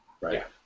Right